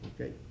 okay